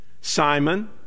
Simon